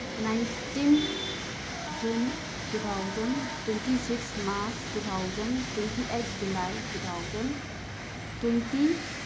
nineteen June two thousand twenty six March two thousand twenty eight July two thousand twenty